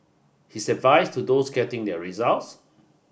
his advice to those getting their results